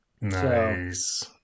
Nice